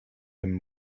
him